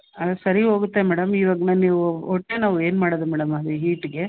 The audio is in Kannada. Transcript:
ಹಾಂ ಸರಿ ಹೋಗುತ್ತೆ ಮೇಡಮ್ ಇವಾಗ ನ ನೀವು ಹೊಟ್ಟೆ ನೋವು ಏನು ಮಾಡೋದು ಮೇಡಮ್ ಅದು ಹೀಟಿಗೆ